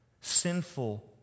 sinful